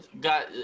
got